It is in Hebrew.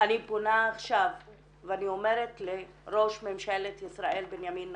אני פונה עכשיו ואני אומרת לראש ממשלת ישראל בנימין נתניהו: